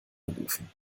rufen